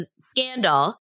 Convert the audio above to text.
scandal